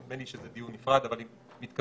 נדמה לי שזה דיון נפרד, אבל אם מתכוונים